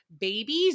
babies